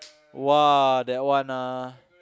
!wah! that one ah